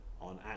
on